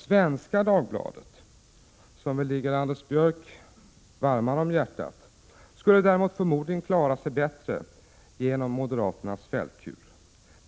Svenska Dagbladet, som väl ligger Anders Björck varmare om hjärtat, skulle däremot förmodligen klara sig igenom moderaternas svältkur bättre.